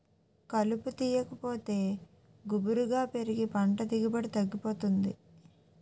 కలుపు తీయాకపోతే గుబురుగా పెరిగి పంట దిగుబడి తగ్గిపోతుంది